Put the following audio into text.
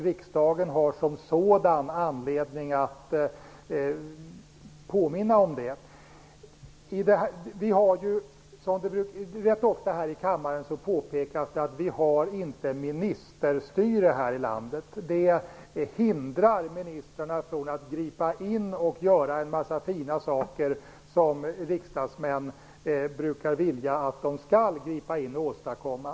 Riksdagen har som sådan anledning att påminna om det. Det påpekas ganska ofta här i kammaren att vi inte har ministerstyre här i landet. Det hindrar ministrarna från att gripa in och göra en massa fina saker som riksdagsmän brukar vilja att de skall åstadkomma.